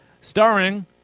starring